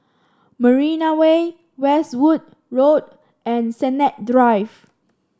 Marina Way Westwood Road and Sennett Drive